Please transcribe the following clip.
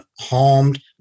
harmed